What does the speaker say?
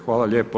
Hvala lijepo.